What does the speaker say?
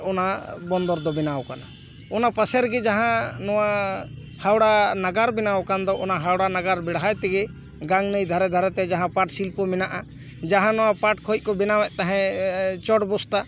ᱚᱱᱟ ᱵᱚᱱᱫᱚᱨ ᱫᱚ ᱵᱮᱱᱟᱣ ᱠᱟᱱᱟ ᱚᱱᱟ ᱯᱟᱥᱮ ᱨᱮᱜᱮ ᱡᱟᱦᱟᱸ ᱦᱟᱣᱲᱟ ᱱᱟᱜᱟᱨ ᱵᱮᱱᱟᱣ ᱠᱟᱱ ᱫᱚ ᱚᱱᱟ ᱦᱟᱣᱲᱟ ᱱᱟᱜᱟᱨ ᱵᱮᱲᱦᱟᱭ ᱛᱮᱜᱮ ᱜᱟᱝ ᱱᱟᱹᱭ ᱫᱷᱟᱨᱮ ᱫᱷᱟᱨᱮᱛᱮ ᱡᱟᱦᱟᱸ ᱯᱟᱴ ᱥᱤᱞᱯᱚ ᱢᱮᱱᱟᱜᱼᱟ ᱡᱟᱦᱟᱸ ᱱᱚᱣᱟ ᱯᱟᱴ ᱠᱷᱚᱱ ᱠᱚ ᱵᱮᱱᱟᱣ ᱮᱫ ᱛᱮᱦᱮᱸᱫ ᱪᱚᱴ ᱵᱚᱥᱛᱟ